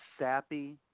sappy